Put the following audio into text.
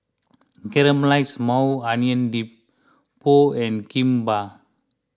Caramelized Maui Onion Dip Pho and Kimbap